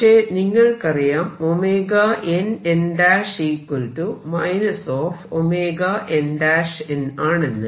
പക്ഷെ നിങ്ങൾക്കറിയാം nn nnആണെന്ന്